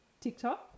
TikTok